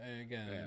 again